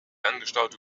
angestaute